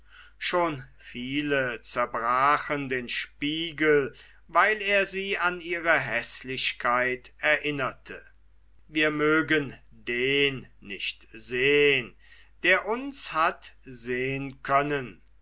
schon viele zerbrachen den spiegel weil er sie an ihre häßlichkeit erinnerte wir mögen den nicht sehn der uns hat sehn können